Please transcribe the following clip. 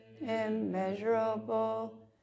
immeasurable